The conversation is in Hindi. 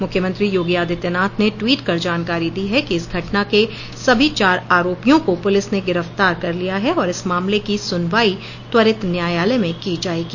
मुख्यमंत्री योगी आदित्यनाथ ने ट्वीट कर जानकारी दी है कि इस घटना के सभी चार आरोपियों को पुलिस ने गिरफ्तार कर लिया है और इस मामले की सुनवाई त्वरित न्यायालय में की जाएगी